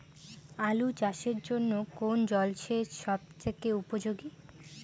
আলু চাষের জন্য কোন জল সেচ সব থেকে উপযোগী?